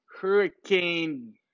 Hurricane